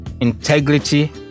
integrity